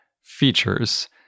features